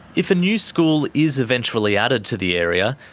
if a new school is eventually added to the area,